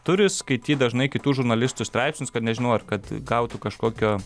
turi skaityt dažnai kitų žurnalistų straipsnius kad nežinau ar kad gautų kažkokio